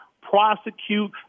prosecute